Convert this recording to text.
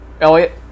Elliot